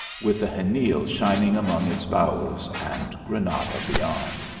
with the xenil shining among its bowers, and granada beyond.